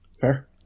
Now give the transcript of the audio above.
Fair